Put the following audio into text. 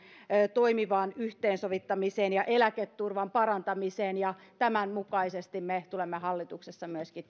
toimivaan yhteensovittamiseen ja eläketurvan parantamiseen ja tämän mukaisesti me tulemme hallituksessa myöskin